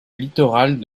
littorales